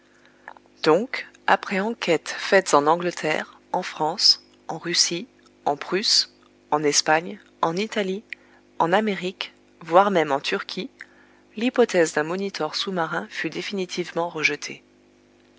donc après enquêtes faites en angleterre en france en russie en prusse en espagne en italie en amérique voire même en turquie l'hypothèse d'un monitor sous-marin fut définitivement rejetée